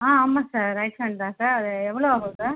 ஆமாம் sir right ஹேன்ட்தான் sir அது எவ்வளோ ஆகும் சார்